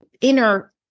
inner